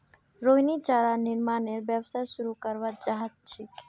रोहिणी चारा निर्मानेर व्यवसाय शुरू करवा चाह छ